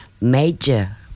major